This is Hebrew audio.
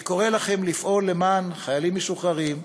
אני קורא לכם לפעול למען חיילים משוחררים,